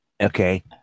Okay